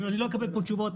אם לא אקבל פה תשובות,